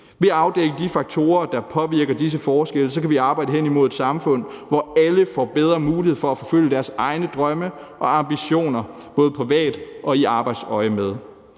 Ved at afdække de faktorer, der påvirker disse forskelle, kan vi arbejde hen imod et samfund, hvor alle får bedre mulighed for at forfølge deres egne drømme og ambitioner både privat og i arbejdsøjemed.